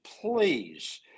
please